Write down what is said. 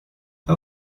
her